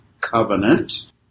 Covenant